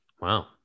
Wow